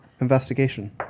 investigation